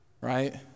Right